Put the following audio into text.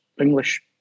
English